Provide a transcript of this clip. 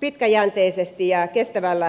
pitkäjänteisesti ja kestävällä tavalla